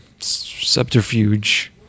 Subterfuge